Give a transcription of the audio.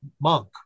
monk